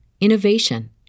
innovation